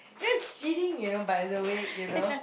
that is cheating you know by the way you know